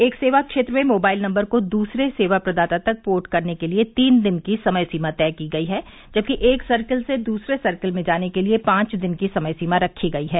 एक सेवा क्षेत्र में मोबाइल नंबर को दूसरे सेवा प्रदाता तक पोर्ट करने के लिए तीन दिन की समय सीमा तय की गई है जबकि एक सर्किल से दूसरे सर्किल में जाने के लिए पांच दिन की समय सीमा रखी गई है